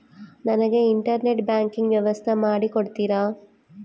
ನನಗೆ internet banking ವ್ಯವಸ್ಥೆ ಮಾಡಿ ಕೊಡ್ತೇರಾ?